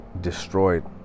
destroyed